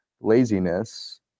laziness